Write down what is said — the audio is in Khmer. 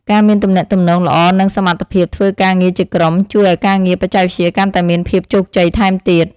ការមានទំនាក់ទំនងល្អនិងសមត្ថភាពធ្វើការងារជាក្រុម ជួយឱ្យការងារបច្ចេកវិទ្យាកាន់តែមានភាពជោគជ័យថែមទៀត។